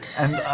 and yeah